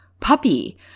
puppy